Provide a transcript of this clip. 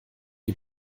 die